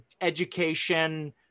education